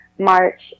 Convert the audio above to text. March